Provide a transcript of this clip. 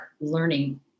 learning